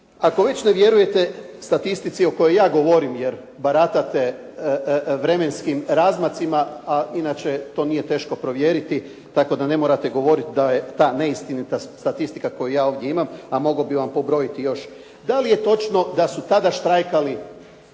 Ako već ne vjerujete statistici o kojoj ja govorim, jer baratate vremenskim razmacima, a inače to nije teško provjeriti, tako da ne morate govoriti da je ta neistinita statistika koju ja ovdje imam, a mogao bih vam pobrojiti još. Da li je točno da su tada štrajkali?